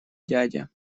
дядя